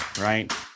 Right